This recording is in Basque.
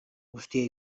guztia